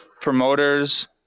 promoters